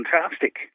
fantastic